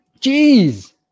Jeez